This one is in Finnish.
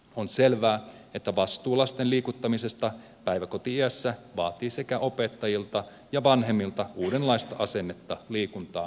on selvää että vastuu lasten liikuttamisesta päiväkoti iässä vaatii sekä opettajilta että vanhemmilta uudenlaista asennetta liikuntaa kohtaan